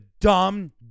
dumb